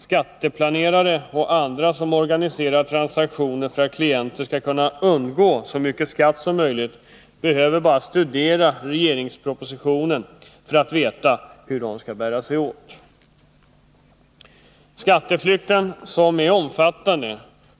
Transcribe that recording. Skatteplanerare och andra som organiserar transaktioner för att klienter skall undgå så mycket skatt som möjligt behöver bara studera regeringspropositionen för att veta hur de skall bära sig åt. Den omfattande skatteflykten